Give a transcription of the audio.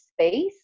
space